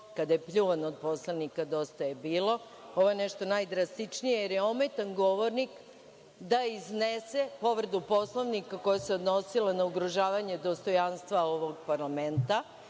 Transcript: kada je pljuvan od poslanika Dosta je bilo, ovo je nešto najdrastičnije, jer je ometan govornik da iznese povredu Poslovnika koja se odnosila na ugrožavanje dostojanstva ovog parlamenta. Vi